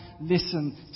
listen